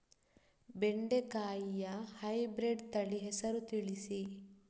ಬೆಂಡೆಕಾಯಿಯ ಹೈಬ್ರಿಡ್ ತಳಿ ಹೆಸರು ತಿಳಿಸಿ?